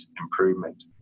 improvement